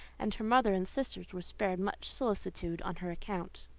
and her mother and sisters were spared much solicitude on her account.